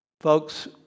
Folks